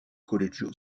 colegio